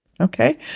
Okay